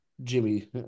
jimmy